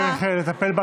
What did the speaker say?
צריך לטפל בזה.